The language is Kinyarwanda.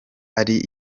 ari